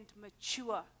mature